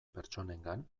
pertsonengan